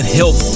help